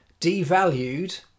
devalued